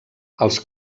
els